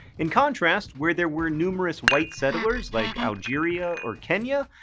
in contrast, where there were numerous white settlers like algeria or kenya,